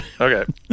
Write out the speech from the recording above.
Okay